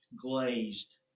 glazed